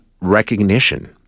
recognition